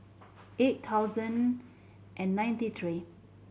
eight thousand and ninety three